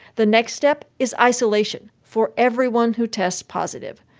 the next step is isolation for everyone who tests positive.